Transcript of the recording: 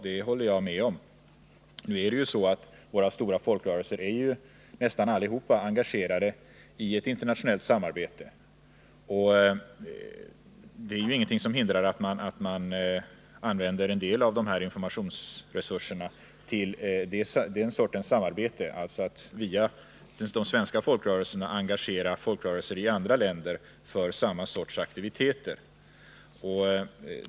Det håller jag med om. Men det är ju så att nästan alla våra stora folkrörelser är engagerade i internationellt samarbete, och inget hindrar att man använder en del av informationsresurserna till den sortens samarbete. Att man via de svenska folkrörelserna engagerar folkrörelser i andra länder för samma sorts aktiviteter.